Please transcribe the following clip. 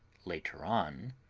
later on,